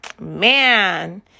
Man